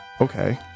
Okay